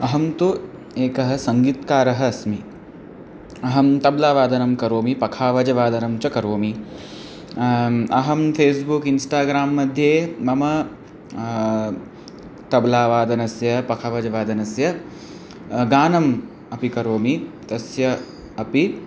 अहं तु एकः सङ्गीकारः अस्मि अहं तबलवादनं करोमि पखावजवादनं च करोमि अहं फ़ेस्बुक् इन्स्टाग्रां मध्ये मम तबलवादनस्य पखावजवादनस्य गानम् अपि करोमि तस्य अपि